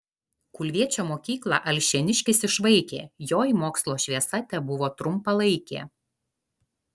kulviečio mokyklą alšėniškis išvaikė joj mokslo šviesa tebuvo trumpalaikė